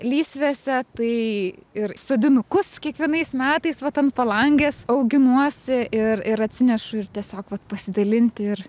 lysvėse tai ir sodinukus kiekvienais metais vat ant palangės auginuosi ir ir atsinešu ir tiesiog vat pasidalinti ir